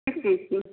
किस चीज की